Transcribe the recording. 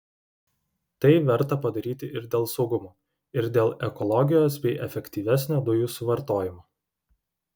tai verta padaryti ir dėl saugumo ir dėl ekologijos bei efektyvesnio dujų suvartojimo